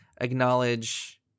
acknowledge